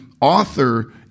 author